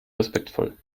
respektvoll